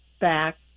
back